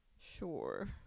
Sure